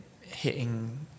hitting